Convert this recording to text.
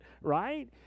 right